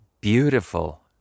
beautiful